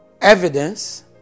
Evidence